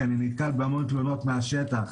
כי אני נתקל בהמון תלונות מהשטח